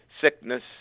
sickness